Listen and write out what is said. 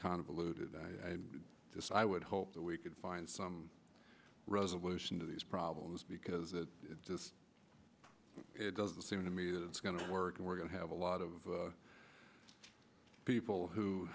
convoluted and just i would hope that we could find some resolution to these problems because it just doesn't seem to me that it's going to work and we're going to have a lot of people who